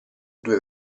due